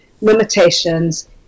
limitations